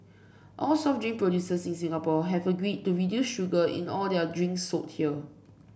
all soft drink producers in Singapore have agreed to reduce sugar in all their drinks sold here